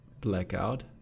Blackout